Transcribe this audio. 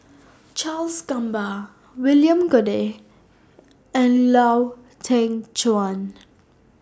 Charles Gamba William Goode and Lau Teng Chuan